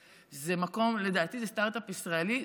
לדעתי, זה סטרטאפ ישראלי.